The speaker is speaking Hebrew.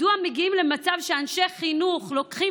מדוע מגיעים למצב שאנשי חינוך לוקחים